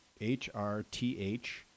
H-R-T-H